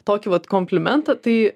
tokį vat komplimentą tai